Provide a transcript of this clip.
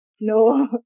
no